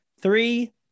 Three